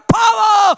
power